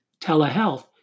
telehealth